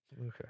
Okay